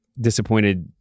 disappointed